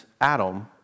Adam